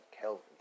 Kelvin